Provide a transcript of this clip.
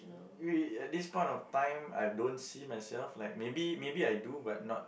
at this point of time I don't see myself like maybe maybe I do but not